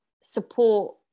support